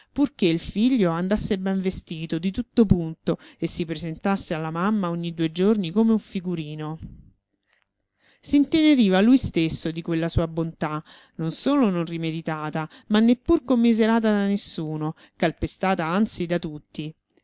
purché il figlio andasse ben vestito di tutto punto e si presentasse alla mamma ogni due giorni come un figurino s'inteneriva lui stesso di quella sua bontà non solo non rimeritata ma neppur commiserata da nessuno calpestata anzi da tutti